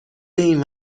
این